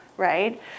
right